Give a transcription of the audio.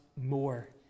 more